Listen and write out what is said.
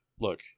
look